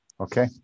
Okay